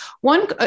one